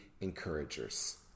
encouragers